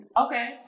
Okay